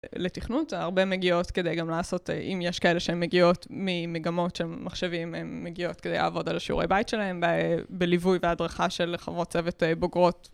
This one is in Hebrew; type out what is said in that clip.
לתכנות, הרבה מגיעות כדי גם לעשות, אם יש כאלה שהן מגיעות ממגמות של מחשבים, הן מגיעות כדי לעבוד על השיעורי בית שלהן בליווי והדרכה של חברות צוות בוגרות.